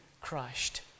crushed